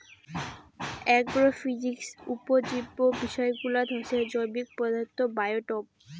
agrophysics উপজীব্য বিষয়গুলাত হসে জৈবিক পদার্থ, বায়োটোপ